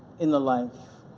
in the life.